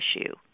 issue